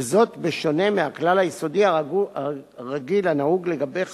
וזאת בשונה מהכלל היסודי הרגיל הנהוג לגבי חקיקה,